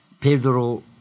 Pedro